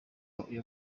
uyu